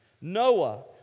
Noah